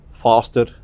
faster